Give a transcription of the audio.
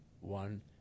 one